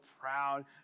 proud